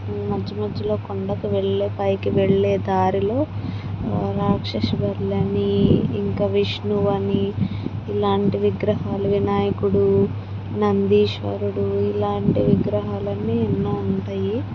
మధ్య మధ్యలో కొండకు వెళ్ళే పైకి వెళ్ళే దారిలో రాక్షసి బల్లి అని ఇంకా విష్ణువు అని ఇలాంటి విగ్రాహాలు వినాయకుడు నందీశ్వరుడు ఇలాంటి విగ్రహాలు అని ఎన్నో ఉంటాయి